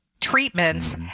treatments